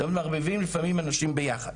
זאת אומרת, לפעמים מערבבים אנשים ביחד.